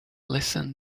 listen